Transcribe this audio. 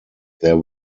there